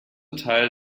teil